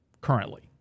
currently